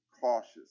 cautious